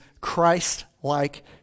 Christ-like